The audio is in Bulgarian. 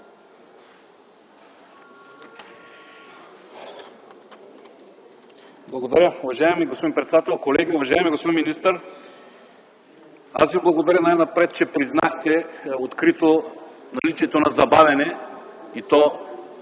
Благодаря. Уважаеми господин председател, колеги! Уважаеми господин министър, аз Ви благодаря най-напред, че открито признахте наличието на забавяне, и то